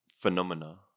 phenomena